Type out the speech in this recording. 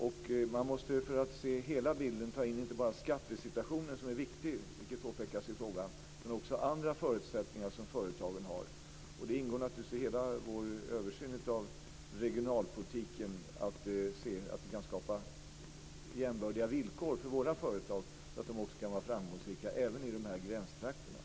För att se hela bilden måste man ta in inte bara skattesituationen, som är viktig, vilket påpekas i frågan, utan också andra förutsättningar som företagen har. Och det ingår naturligtvis i hela vår översyn av regionalpolitiken att se till att vi kan skapa jämbördiga villkor för våra företag, så att de kan vara framgångsrika även i dessa gränstrakter.